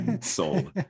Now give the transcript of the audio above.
Sold